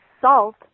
salt